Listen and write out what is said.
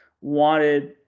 wanted